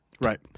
Right